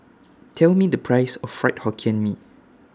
Tell Me The Price of Fried Hokkien Mee